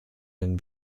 den